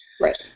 Right